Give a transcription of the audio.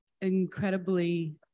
incredibly